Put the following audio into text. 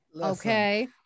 okay